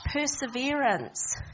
perseverance